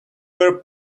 were